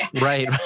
Right